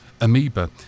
Amoeba